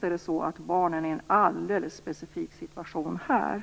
Trots detta är barnen i en alldeles specifik situation här.